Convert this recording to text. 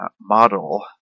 model